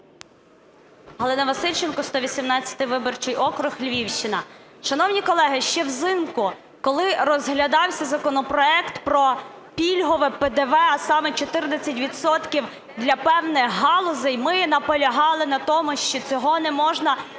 Галина Васильченко, 118-й виборчий округ, Львівщина. Шановні колеги, ще взимку, коли розглядався законопроект про пільгове ПДВ, а саме 14 відсотків для певних галузей, ми наполягали на тому, що цього не можна категорично